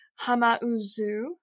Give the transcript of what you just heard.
Hamauzu